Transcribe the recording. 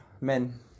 Men